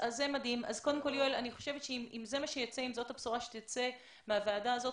אם כן, אם זאת הבשורה שתצא מהוועדה הזאת,